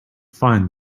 find